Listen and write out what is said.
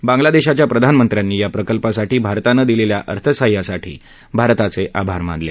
बांग्लादेशाच्या प्रधानमंत्र्यांनी या प्रकल्पांसाठी भारताने दिलेल्या अर्थसहाय्यासाठी भारताचे आभार मानले